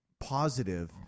positive